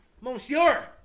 Monsieur